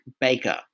Baker